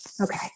Okay